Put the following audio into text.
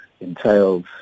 entails